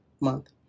month